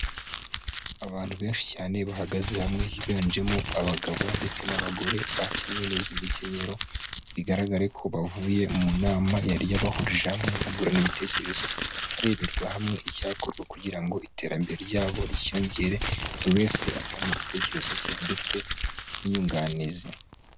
Abantu benshi cyane bahagaze hamwe higanjemo abagabo ndetse n'abagore, bakenyeye neza imikenyero, bigaragare ko bavuye mu nama yari yabahurije hamwe bungurana ibitekerezo, hareberwa hamwe icyakorwa kugira ngo iterambere ryabo ryiyongere, buri wese atanga igitekerezo cye ndetse n'inyunganizi.